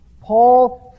Paul